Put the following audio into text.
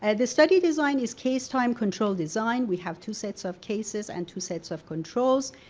and the study design is case time control design we have two sets of cases and two sets of controls.